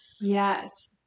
Yes